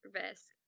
risk